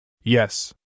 Yes